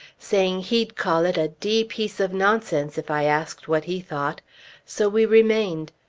saying he'd call it a d piece of nonsense, if i asked what he thought so we remained.